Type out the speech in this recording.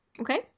Okay